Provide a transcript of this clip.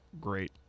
great